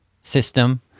system